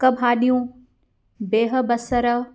तक भाॾियूं बीह बसरि